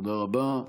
תודה רבה.